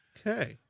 Okay